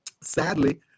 sadly